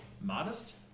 modest